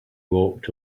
walked